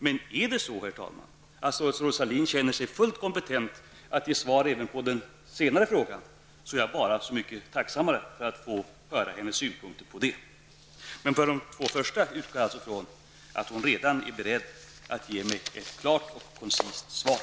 Men är det så, herr talman, att statsrådet Sahlin känner sig fullt kompetent att ge svar även på den tredje frågan är jag så mycket tacksammare för att få höra hennes synpunkter. När det gäller de två första frågorna utgår jag från att hon redan är beredd att ge mig ett klart och koncist svar.